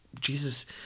jesus